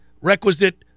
requisite